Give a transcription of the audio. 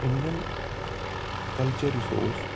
Indian culture یُس اوس